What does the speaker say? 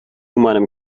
meinem